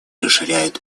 расширяют